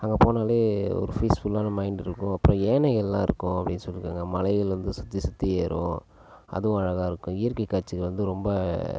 அங்கே போனாலே ஒரு பீஸ் ஃபுல்லான மைண்ட் இருக்கும் அப்புறம் யானைகள்லான் இருக்கும் அப்படி சொல்லி இருக்காங்க மலைகள் வந்து சுற்றி சுற்றியேறும் அதுவும் அழகாக இருக்கும் இயற்கை காட்சி வந்து ரொம்ப